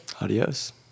Adios